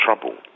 trouble